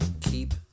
keep